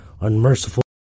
Unmerciful